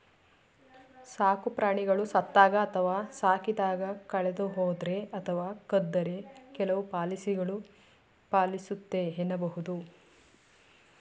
ಸಾಕುಪ್ರಾಣಿಗಳು ಸತ್ತಾಗ ಅಥವಾ ಸಾಕಿದಾಗ ಕಳೆದುಹೋದ್ರೆ ಅಥವಾ ಕದ್ದರೆ ಕೆಲವು ಪಾಲಿಸಿಗಳು ಪಾಲಿಸುತ್ತೆ ಎನ್ನಬಹುದು